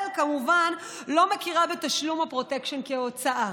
כמובן לא מכירה בתשלום הפרוטקשן כהוצאה.